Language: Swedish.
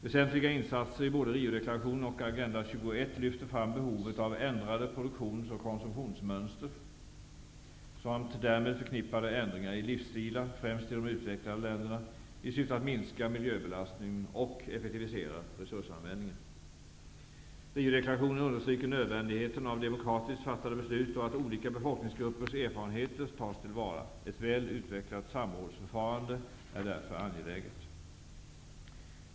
Väsentliga inslag i både Riodeklarationen och Agenda 21 lyfter fram behovet av ändrade produktions och konsumtionsmönster samt därmed förknippade ändringar i livsstilar, främst i de utvecklade länderna i syfte att minska miljöbelastningen och effektivisera resursanvändningen. I Riodeklarationen understryks nödvändigheten av demokratiskt fattade beslut och att olika befolkningsgruppers erfarenheter tas till vara. Ett väl utvecklat samrådsförfarande är därför angeläget.